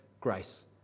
grace